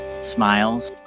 smiles